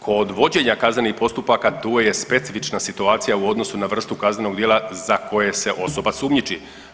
Kod vođenja kaznenih postupaka tu je specifična situacija u odnosu na vrstu kaznenog djela za koje se osoba sumnjiči.